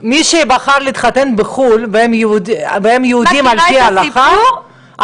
מי שבחר להתחתן בחו"ל והם יהודיים על פי ההלכה,